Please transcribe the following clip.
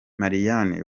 marianne